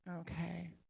Okay